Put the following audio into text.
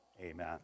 Amen